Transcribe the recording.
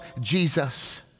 Jesus